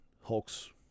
Hulk's